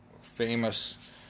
famous